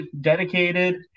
dedicated